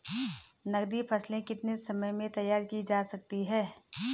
नगदी फसल कितने समय में तैयार की जा सकती है?